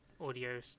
audio